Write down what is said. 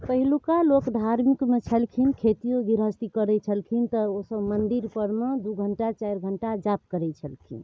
पहिलुका लोक धार्मिकमे छलखिन खेतियो गृहस्थी करै छलखिन तऽ ओ सब मंदिर परमे दू घंटा चारि घंटा जाप करै छलखिन